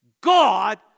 God